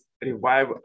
revive